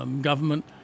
government